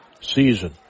season